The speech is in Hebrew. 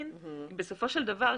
בסופו של דבר,